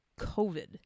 covid